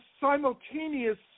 simultaneous